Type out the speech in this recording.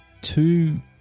two